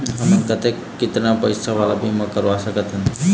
हमन कतेक कितना पैसा वाला बीमा करवा सकथन?